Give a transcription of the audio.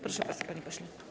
Proszę bardzo, panie pośle.